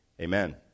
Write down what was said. Amen